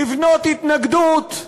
לבנות התנגדות,